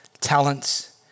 talents